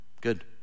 Good